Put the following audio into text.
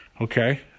Okay